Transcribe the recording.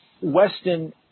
Weston